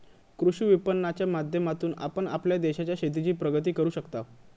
कृषी विपणनाच्या माध्यमातून आपण आपल्या देशाच्या शेतीची प्रगती करू शकताव